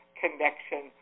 connection